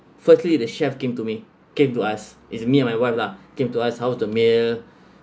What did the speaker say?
firstly the chef came to me came to us is me and my wife lah came to us how was the meal